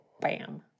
bam